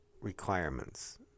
requirements